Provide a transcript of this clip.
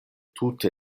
tute